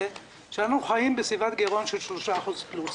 זה שאנחנו חיים בסביבת גירעון של 3% פלוס,